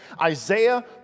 Isaiah